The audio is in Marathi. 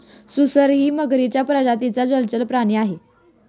सुसरही मगरीच्या प्रजातीचा जलचर प्राणी आहे